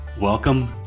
Welcome